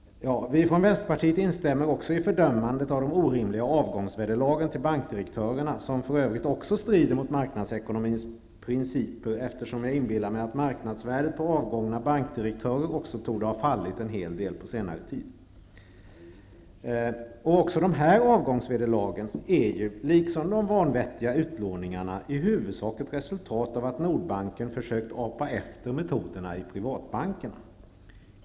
Vi i Vänsterpartiet instämmer också i fördömandet av de orimliga avgångsvederlagen till bankdirektörerna, som för övrigt också strider mot marknadsekonomins principer, eftersom jag inbillar mig att marknadsvärdet på avgångna bankdirektörer också torde ha fallit en hel del på senare tid. Också dessa avgångsvederlag är, liksom de vanvettiga utlåningarna, i huvudsak ett resultat av att Nordbanken försökt apa efter metoderna i privatbankerna.